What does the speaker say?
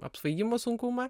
apsvaigimo sunkumą